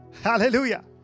hallelujah